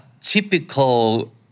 typical